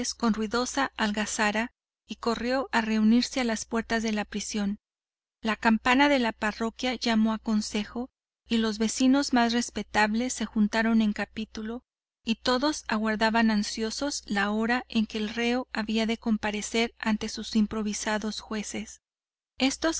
con ruidosa algazara y corrió a reunirse a las puertas de la prisión la campana de la parroquia llamó a consejo y los vecinos más respetables se juntaron en capítulo y todos aguardaban ansiosos la hora en que el reo había de comparecer anta sus improvisados jueces estos